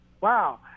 Wow